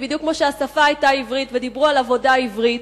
בדיוק כמו שהשפה היתה עברית ודיברו על עבודה עברית,